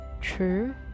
true